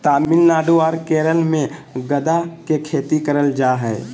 तमिलनाडु आर केरल मे गदा के खेती करल जा हय